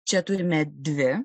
čia turime dvi